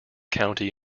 county